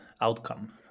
outcome